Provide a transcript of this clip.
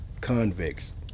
convicts